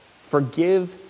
Forgive